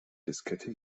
diskette